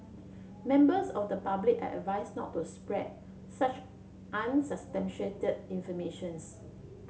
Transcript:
members of the public are advised not to spread such unsubstantiated informations